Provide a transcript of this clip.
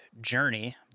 journey